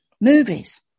movies